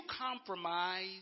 compromise